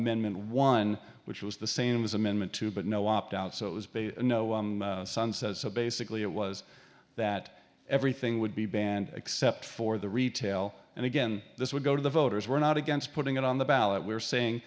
t one which was the same as amendment two but no opt out so it was based no sunset so basically it was that everything would be banned except for the retail and again this would go to the voters we're not against putting it on the ballot we're saying